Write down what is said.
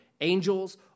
angels